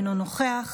אינו נוכח,